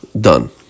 done